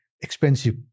expensive